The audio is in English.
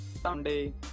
Sunday